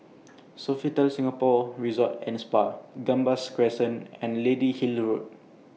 Sofitel Singapore Resort and Spa Gambas Crescent and Lady Hill Road